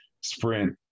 sprint